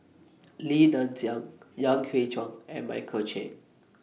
Li Nanxing Yan Hui Chang and Michael Chiang